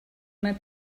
mae